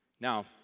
Now